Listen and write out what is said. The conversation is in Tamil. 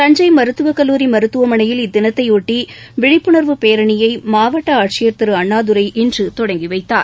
தஞ்சை மருத்துவ கல்லூரி மருத்துவமனையில் இத்தினத்தையொட்டி விழிப்புணர்வு பேரணியை மாவட்ட ஆட்சியர் திரு அண்ணாதுரை இன்று தொடங்கிவைத்தார்